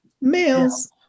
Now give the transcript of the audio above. males